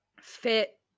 fit